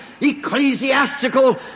ecclesiastical